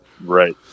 Right